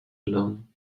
alone